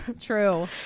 True